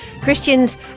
Christians